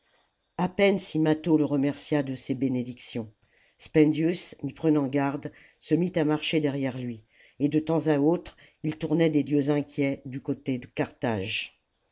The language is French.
a peine si mâtho le remercia de ses bénédictions spendius n'y prenant garde se mit à marcher derrière lui et de temps à autre il tournait des yeux inquiets du coté de carthage